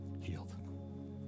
healed